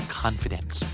confidence